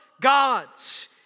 gods